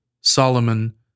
Solomon